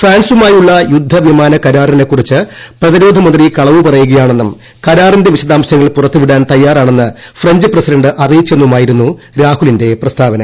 ഫ്രാൻസുമായുള്ള യുദ്ധവിമാനകരാറിനെക്കുറിച്ച് പ്രതിരോധമന്ത്രി കളവ് പറയുകയാണെന്നും കരാറിന്റെ വിശദാംശങ്ങൾ പുറത്തുവിടാൻ തയ്യാറാണെന്ന് ഫ്രഞ്ച് പ്രസിഡന്റ് അറിയിച്ചെന്നുമായിരുന്നു രാഹുലിന്റെ പ്രസ്താവന